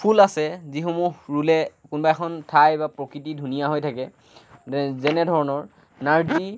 ফুল আছে যিসমূহ ৰুলে কোনোবা এখন ঠাই বা প্ৰকৃতি ধুনীয়া হৈ থাকে যেনেধৰণৰ নাৰ্জি